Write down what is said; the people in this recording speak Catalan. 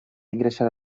ingressar